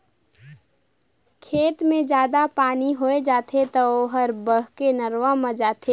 खेत मे जादा पानी होय जाथे त ओहर बहके नरूवा मे जाथे